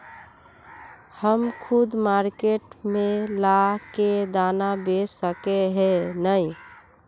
हम खुद मार्केट में ला के दाना बेच सके है नय?